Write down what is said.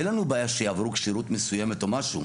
אין לנו בעיה שיעברו כשירות מסוימת או משהו,